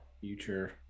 future